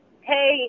Hey